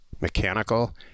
mechanical